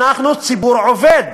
אנחנו ציבור עובד.